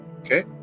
Okay